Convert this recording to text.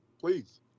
please